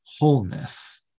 wholeness